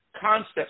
concepts